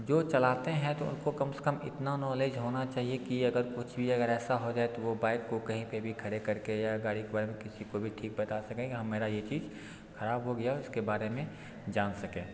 जो चलाते हैं तो उनको कम से कम इतना नॉलेज होना चहिए कि अगर कुछ भी अगर ऐसा हो जाए तो वो बाइक को कहीं पर भी खड़े कर के या गाड़ी को किसी को भी ठीक बता सके कि हाँ ये मेरा चीज़ ख़राब हो गया इसके बारे में जान सकें